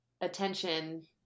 attention